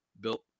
built